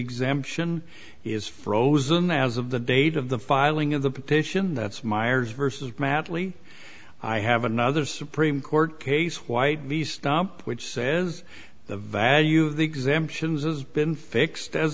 exemption is frozen as of the date of the filing of the petition that's myers versus matley i have another supreme court case white v stump which says the value of the exemptions is been fixed as